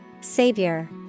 Savior